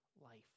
life